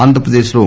ఆంధ్రప్రదేశ్లో